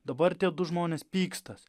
dabar tie du žmonės pykstasi